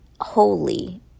holy